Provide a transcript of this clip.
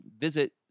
visit